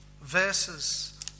verses